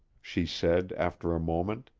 she said, after a moment,